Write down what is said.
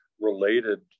related